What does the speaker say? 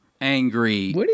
angry